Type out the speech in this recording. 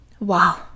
Wow